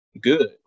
good